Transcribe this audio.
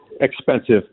expensive